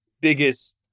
biggest